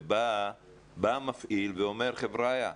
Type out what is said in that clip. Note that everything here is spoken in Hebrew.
ובא המפעיל ואומר: חבריה,